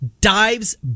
dives